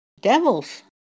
Devils